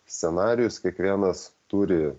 scenarijus kiekvienas turi